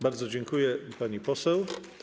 Bardzo dziękuję, pani poseł.